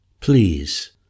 Please